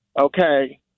Okay